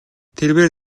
тэрбээр